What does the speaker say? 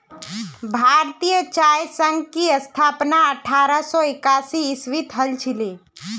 भारतीय चाय संघ की स्थापना अठारह सौ एकासी ईसवीत हल छिले